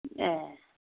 ए